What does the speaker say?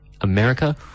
America